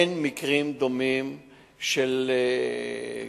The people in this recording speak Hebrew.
אין מקרים דומים של קבוצות,